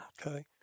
Okay